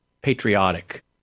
patriotic